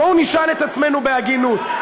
בואו נשאל את עצמנו בהגינות.